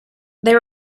they